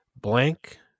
blank